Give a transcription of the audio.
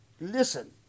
listen